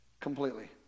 completely